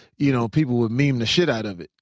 you know people would mean the shit out of it.